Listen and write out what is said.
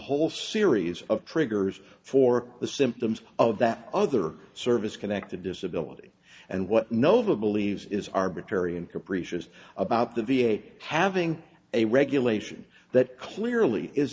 whole series of triggers for the symptoms of that other service connected disability and what nova believes is arbitrary and capricious about the v a having a regulation that clearly is